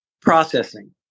processing